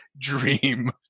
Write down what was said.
dream